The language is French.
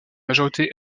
majorité